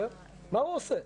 מה הוא עושה?